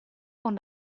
con